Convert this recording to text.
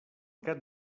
gat